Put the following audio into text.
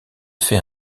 fait